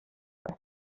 per